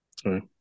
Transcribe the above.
Sorry